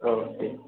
औ दे